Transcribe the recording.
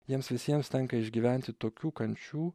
jiems visiems tenka išgyventi tokių kančių